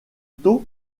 taux